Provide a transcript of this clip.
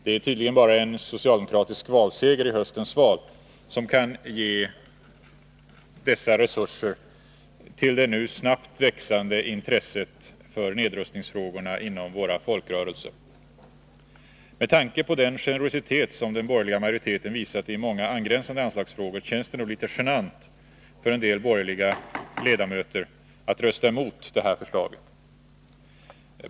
Det är tydligen bara en socialdemokratisk valseger i höstens val som kan ge dessa resurser till det nu snabbt växande intresset för nedrustningsfrågorna inom våra folkrörelser. Med tanke på den generositet som den borgerliga majoriteten visat i många angränsande anslagsfrågor känns det nog litet genant för en del borgerliga ledamöter att rösta emot det här förslaget.